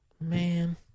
Man